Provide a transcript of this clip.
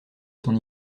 son